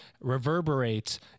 reverberates